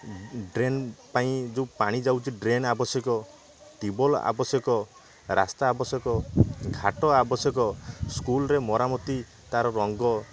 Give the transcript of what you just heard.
drain ପାଇଁ ଯୋଉ ପାଣି ଯାଉଚି ଡ୍ରେନ୍ ଆବଶ୍ୟକ ଟିୱେଲ୍ ଆବଶ୍ୟକ ରାସ୍ତା ଆବଶ୍ୟକ ଘାଟ ଆବଶ୍ୟକ ସ୍କୁଲ୍ରେ ମରାମତି ତା'ର ରଙ୍ଗ